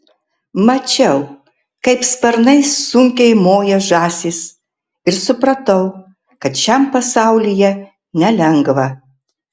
mačiau kaip sparnais sunkiai moja žąsys ir supratau kad šiam pasaulyje nelengva